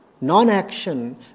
non-action